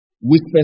whispers